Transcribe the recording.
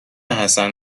حسن